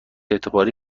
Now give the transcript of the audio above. اعتباری